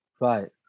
Right